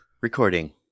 recording